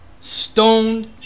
stoned